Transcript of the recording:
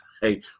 Hey